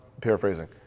Paraphrasing